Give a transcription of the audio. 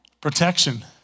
Protection